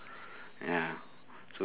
mm so